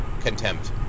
Contempt